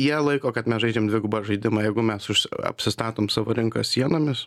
jie laiko kad mes žaidžiam dvigubą žaidimą jeigu mes apsistatom savo rinką sienomis